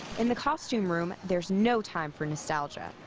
in the costume room there's no time for nostalgia.